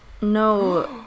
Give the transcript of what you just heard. No